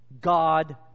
God